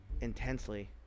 intensely